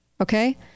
Okay